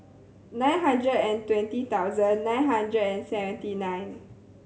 nine hundred and twenty thousand nine hundred and seventy nine